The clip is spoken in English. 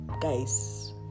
guys